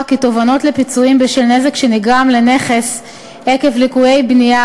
כי תובענות לפיצויים בשל נזק שנגרם לנכס עקב ליקויי בנייה